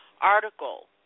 article